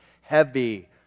heavy